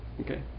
Okay